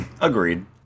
Agreed